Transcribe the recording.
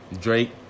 Drake